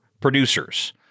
producers